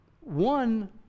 One